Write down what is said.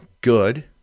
good